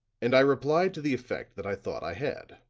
and i replied to the effect that i thought i had.